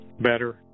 better